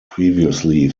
previously